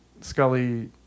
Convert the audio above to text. Scully